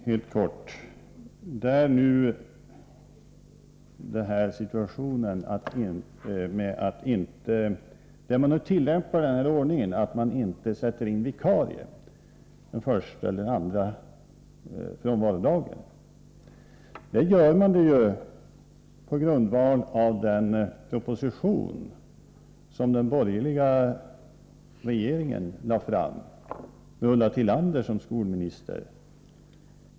Herr talman! I de kommuner där skolorna inte tillämpar ordningen att sätta in vikarier första och andra dagen vid ordinarie lärares frånvaro, så sker det på grundval av den proposition som den borgerliga regeringen lade fram med Ulla Tillander som skolminister.